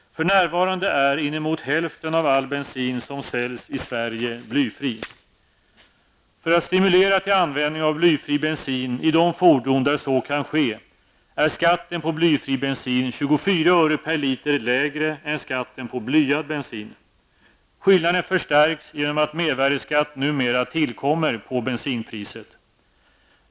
För närvarande är inemot hälften av all bensin som säljs i Sverige blyfri. För att stimulera till användning av blyfri bensin i de fordon där så kan ske är skatten på blyfri bensin Skillnaden förstärks genom att mervärdeskatt numera tillkommer på bensinpriset.